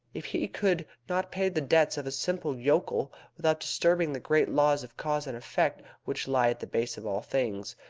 if he could not pay the debts of a simple yokel without disturbing the great laws of cause and effect which lie at the base of all things,